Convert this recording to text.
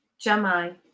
Jamai